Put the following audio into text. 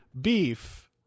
beef